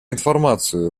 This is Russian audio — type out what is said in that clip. информацию